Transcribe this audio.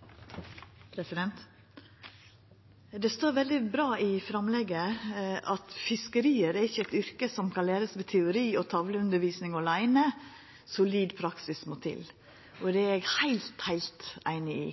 møte. Det står veldig bra i framlegget: «Fiskerier er ikke et yrke som kan læres ved teori og tavleundervisning alene – solid praksis må til.» Det er eg heilt, heilt einig i.